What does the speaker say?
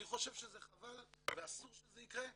אני חושב שזה חבל ואסור שזה יקרה.